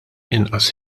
inqas